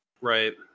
Right